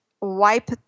wipe